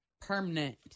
permanent